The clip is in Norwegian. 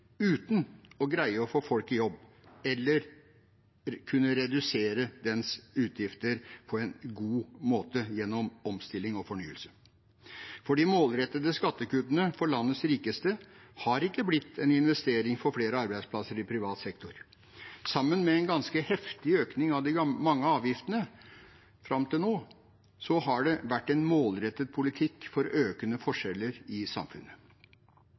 uten å greie å få folk i jobb eller å kunne redusere dens utgifter på en god måte gjennom omstilling og fornyelse. For de målrettede skattekuttene for landets rikeste har ikke blitt en investering for flere arbeidsplasser i privat sektor. Sammen med en ganske heftig økning av de mange avgiftene fram til nå har det vært en målrettet politikk for økende forskjeller i samfunnet.